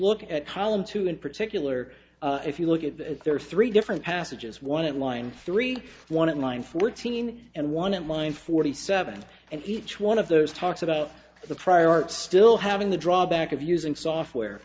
look at column two in particular if you look at that there are three different passages one in line three one in line fourteen and one in line forty seven and each one of those talks about the prior art still having the drawback of using software